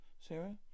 Sarah